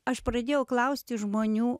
aš pradėjau klausti žmonių